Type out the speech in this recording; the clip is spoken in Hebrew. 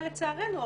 לצערנו,